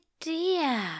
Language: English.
dear